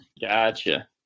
Gotcha